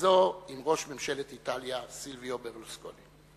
זו עם ראש ממשלת איטליה סילביו ברלוסקוני.